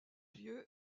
lieu